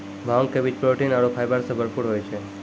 भांग के बीज प्रोटीन आरो फाइबर सॅ भरपूर होय छै